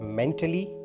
mentally